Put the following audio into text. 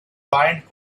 find